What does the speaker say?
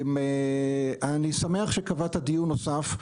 אני שמח שקבעת דיון נוסף.